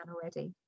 already